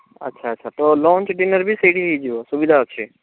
ଆଚ୍ଛା ଆଚ୍ଛା ତ ଲଞ୍ଚ୍ ଡିନର ବି ସେଇଟି ହେଇଯିବ ସୁବିଧା ଅଛି